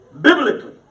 biblically